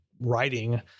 writing